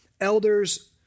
elders